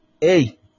hey